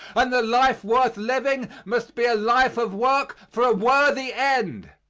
and the life worth living must be a life of work for a worthy end,